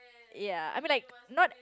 yeah I mean like not